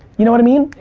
you know what i mean?